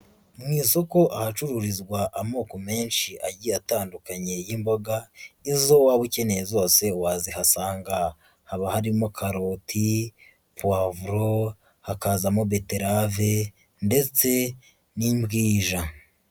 Mu isoko ahacururizwa amoko menshi agiye atandukanye y'imboga, izo waba ukeneye zose wazihasanga, haba harimo karoti, pavuro, hakazamo beterave ndetse n'imbwija.